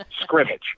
scrimmage